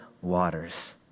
waters